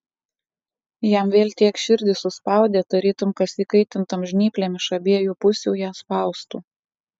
jam vėl tiek širdį suspaudė tarytum kas įkaitintom žnyplėm iš abiejų pusių ją spaustų